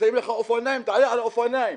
שמים לך אופניים, תעלה על אופניים.